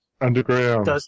underground